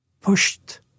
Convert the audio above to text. pushed